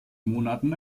monaten